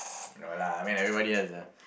no lah I mean everybody has a